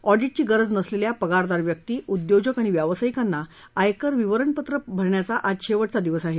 एडिटची गरज नसलेल्या पगारदार व्यक्ती उद्योजक आणि व्यावसायिकांना आयकर विवरणपत्र भरण्याचा आज शेवटचा दिवस आहे